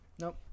Nope